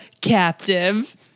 captive